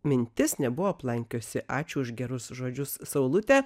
mintis nebuvo aplankiusi ačiū už gerus žodžius saulutę